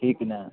ठीक ने